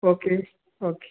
okay okay